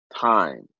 time